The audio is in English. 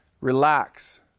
Relax